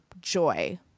joy